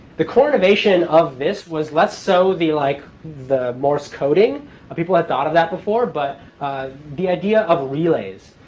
the core innovation of this was, less so the like the morse coding people had thought of that before but the idea of relays.